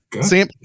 Sam